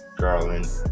Garland